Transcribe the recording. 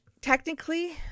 technically